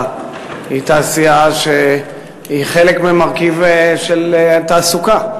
היא תעשייה שהיא חלק מהמרכיב של התעסוקה.